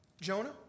Jonah